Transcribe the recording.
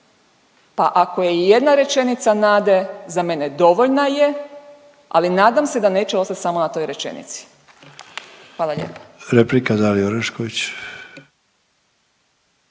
Pa ako je i jedna rečenica nade, za mene dovoljna je, ali nadam se da neće ostati samo na toj rečenici. Hvala lijepo.